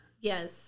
yes